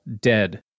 Dead